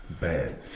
Bad